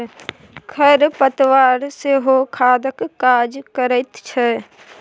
खर पतवार सेहो खादक काज करैत छै